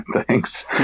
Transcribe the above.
Thanks